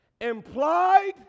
implied